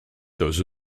those